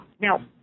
Now